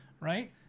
right